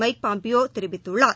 mic Pompeo தெரிவித்துள்ளார்